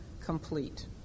complete